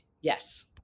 Yes